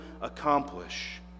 accomplish